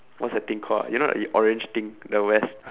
what's that thing called you know like orange thing the vest